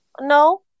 No